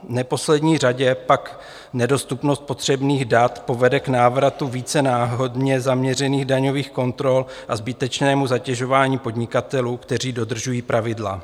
V neposlední řadě pak nedostupnost potřebných dat povede k návratu více náhodně zaměřených daňových kontrol a ke zbytečnému zatěžování podnikatelů, kteří dodržují pravidla.